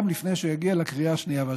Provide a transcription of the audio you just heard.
לפני שהוא יגיע לקריאה השנייה והשלישית.